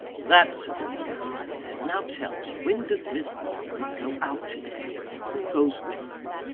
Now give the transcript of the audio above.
that's a good girl, i said. now tell me, when does miss margaret go out to-day and who goes with her?